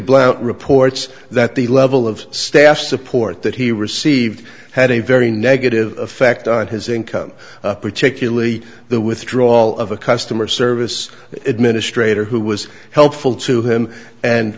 blount reports that the level of staff support that he received had a very negative effect on his income particularly the withdrawal of a customer service administrator who was helpful to him and